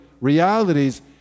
realities